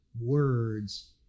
words